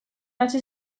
hasi